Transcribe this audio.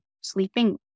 sleeping